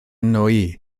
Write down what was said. nwy